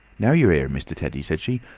now you're here, mr. teddy, said she,